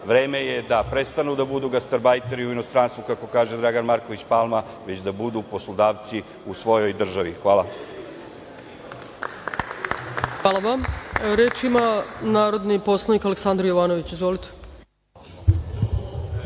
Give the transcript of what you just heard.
vreme je da prestanu da budu gasterbajteri u inostranstvu, kako kaže Dragan Marković Palma, već da budu poslodavci u svojoj državi. Hvala. **Ana Brnabić** Hvala vam. Reč ima narodni poslanik Aleksandar Jovanović. Izvolite.